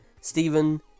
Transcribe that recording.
Stephen